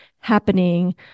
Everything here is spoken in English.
happening